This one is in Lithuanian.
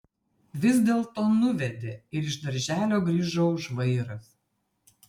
vis dėlto nuvedė ir iš darželio grįžau žvairas